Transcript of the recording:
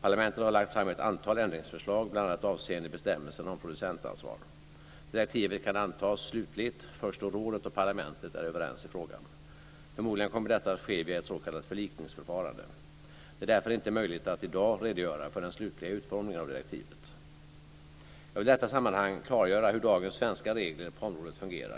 Parlamentet har lagt fram ett antal ändringsförslag bl.a. avseende bestämmelserna om producentansvar. Direktivet kan antas slutligt först då rådet och parlamentet är överens i frågan. Förmodligen kommer detta att ske via ett s.k. förlikningsförfarande. Det är därför inte möjligt att i dag redogöra för den slutgiltiga utformningen av direktivet. Jag vill i detta sammanhang klargöra hur dagens svenska regler på området fungerar.